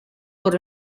por